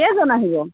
কেইজন আহিব